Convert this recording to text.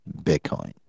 Bitcoin